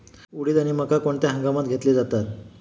उडीद आणि मका कोणत्या हंगामात घेतले जातात?